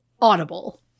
audible